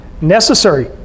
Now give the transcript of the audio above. necessary